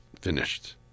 finished